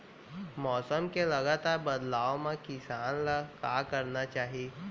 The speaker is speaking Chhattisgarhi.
मौसम के लगातार बदलाव मा किसान ला का करना चाही?